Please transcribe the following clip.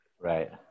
right